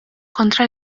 kontra